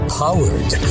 powered